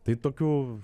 tai tokių